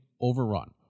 overrun